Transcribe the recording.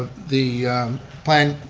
the plan,